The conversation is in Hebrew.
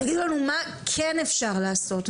תגידו לנו מה כן אפשר לעשות.